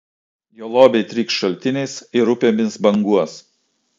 jo lobiai trykš šaltiniais ir upėmis banguos